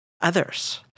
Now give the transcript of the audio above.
others